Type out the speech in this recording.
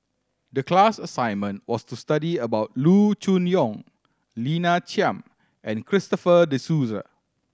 the class assignment was to study about Loo Choon Yong Lina Chiam and Christopher De Souza